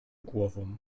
głową